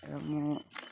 र म